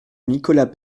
nicolas